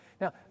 Now